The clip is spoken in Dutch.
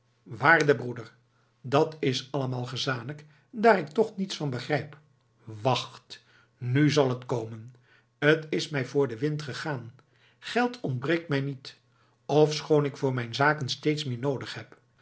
waarde broeder dat is allemaal gezanik daar ik toch niets van begrijp wacht nu zal het komen t is mij voor den wind gegaan geld ontbreekt mij niet ofschoon ik voor mijn zaken steeds meer noodig heb